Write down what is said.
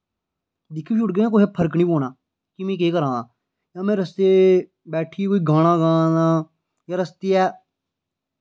दिक्खी बी शुड़गे ना कुसे फर्क निं पौना कि में केह् करां ना जां में रस्तै बैठियै कोई गाना गा ना जां रस्तै गै